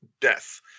death